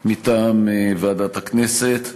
מטעם ועדת הכנסת.